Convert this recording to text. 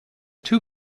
two